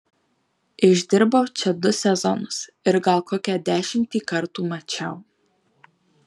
išdirbau čia du sezonus ir gal kokią dešimtį kartų mačiau